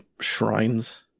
shrines